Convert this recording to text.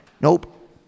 Nope